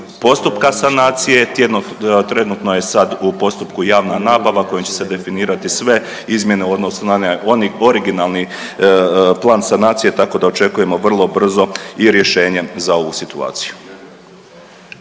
postupka sanacije. Trenutno je sad u postupku javna nabava kojom će se definirati sve izmjene u odnosu na oni originalni plan sanacije tako da očekujemo vrlo brzo i rješenje za ovu situaciju.